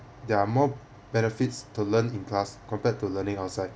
there are more benefits to learn in class compared to learning outside